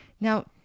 Now